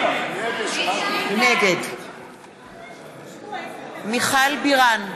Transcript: נגד מיכל בירן,